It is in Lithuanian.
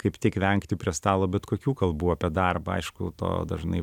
kaip tik vengti prie stalo bet kokių kalbų apie darbą aišku to dažnai